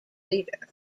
leader